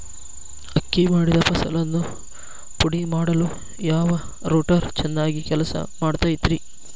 ಅಕ್ಕಿ ಮಾಡಿದ ಫಸಲನ್ನು ಪುಡಿಮಾಡಲು ಯಾವ ರೂಟರ್ ಚೆನ್ನಾಗಿ ಕೆಲಸ ಮಾಡತೈತ್ರಿ?